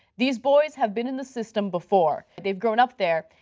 these boys have been in the system before. they've grown up there.